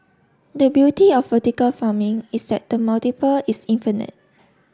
the beauty of vertical farming is that the multiple is infinite